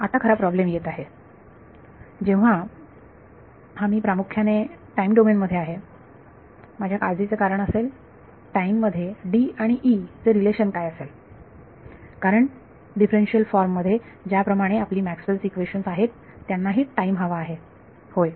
आता खरा प्रॉब्लेम येत आहे जेव्हा हा मी प्रामुख्याने टाईम डोमेन मध्ये आहे माझ्या काळजी चे कारण असेल टाईम मध्ये आणि चे रिलेशन काय असेल कारण डिफरन्सशियल फॉर्म मध्ये ज्याप्रमाणे आपली मॅक्सवेल इक्वेशन्स Maxwell's equations आहेत त्यांनाही टाईम हवा आहे होय